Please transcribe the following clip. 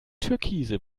türkise